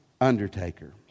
undertaker